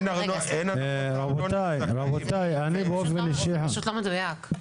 זה פשוט לא מדויק.